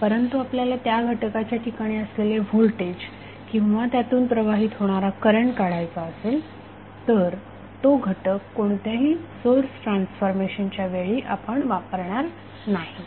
परंतु आपल्याला त्या घटकाच्या ठिकाणी असलेले व्होल्टेज किंवा त्यातून प्रवाहित होणारा करंट काढायचा असेल तर तो घटक कोणत्याही सोर्स ट्रान्सफॉर्मेशनच्या वेळी आपण वापरणार नाही